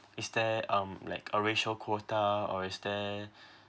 is there um like a ratio quota or is there